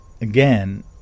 again